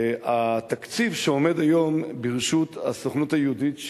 התקציב שעומד היום לרשות הסוכנות היהודית,